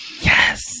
Yes